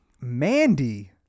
Mandy